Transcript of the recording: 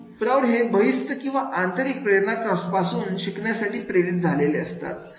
प्रौढ हे बहिस्त आणि आंतरिक प्रेरकापासून शिकण्यासाठी प्रेरित झालेली असतात